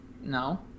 No